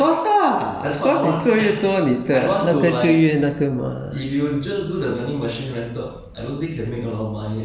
对 lah 如果你有能力你可以做 of course lah of course 你做越多你的那个就越那个 mah